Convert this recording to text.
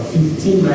Fifteen